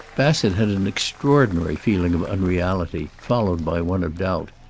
bassett had an extraordinary feeling of unreality, followed by one of doubt.